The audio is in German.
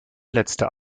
letzte